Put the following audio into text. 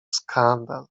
skandal